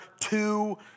two